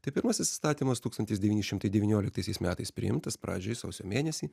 tai pirmasis įstatymas tūkstantis devyni šimtai devynioliktaisiais metais priimtas pradžioj sausio mėnesį